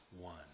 one